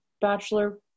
bachelor